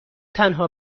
تنها